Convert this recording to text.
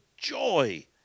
Joy